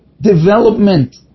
development